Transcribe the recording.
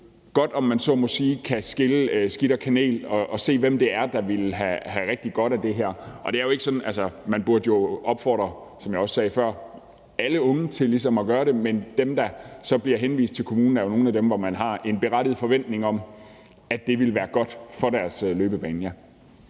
godt kan, om man så må sige, skille skidt fra kanel og se, hvem det er, der ville have rigtig godt af det her. Man burde jo, som jeg også sagde før, opfordre alle unge til ligesom at gøre det, men dem, der så bliver henvist til kommunen, er jo nogle af dem, hvor man har en berettiget forventning om, at det ville være godt for deres løbebane.